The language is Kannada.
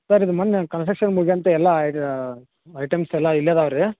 ಸರ್ ಇದು ಮೊನ್ನೆ ಕನ್ಸ್ಟ್ರಕ್ಷನ್ ಮುಗಿಯಂತ ಎಲ್ಲ ಇದು ಐಟಮ್ಸ್ ಎಲ್ಲ ಇಲ್ಲೇ ಅದಾವ ರೀ